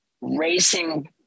racing